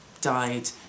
died